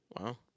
Wow